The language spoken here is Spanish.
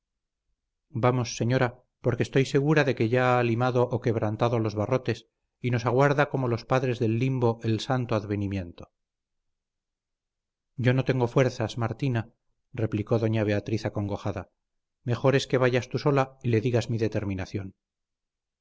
vamos señora porque estoy segura de que ya ha limado o quebrado los barrotes y nos aguarda como los padres del limbo el santo advenimiento yo no tengo fuerzas martina replicó doña beatriz acongojada mejor es que vayas tú sola y le digas mi determinación